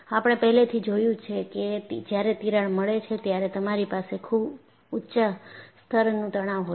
આપણે પહેલેથી જોયું છે કે જયારે તિરાડ મળે છે ત્યારે તમારી પાસે ખૂબ જ ઉચ્ચ સ્તરનું તણાવ હોય છે